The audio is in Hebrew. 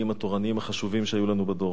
התורניים החשובים שהיו לנו בדור.